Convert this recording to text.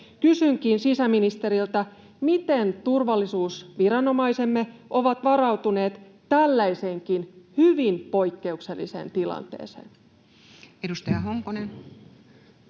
Kysynkin sisäministeriltä: miten turvallisuusviranomaisemme ovat varautuneet tällaiseenkin hyvin poikkeukselliseen tilanteeseen? [Speech